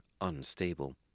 unstable